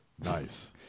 Nice